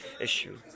issue